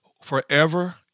forever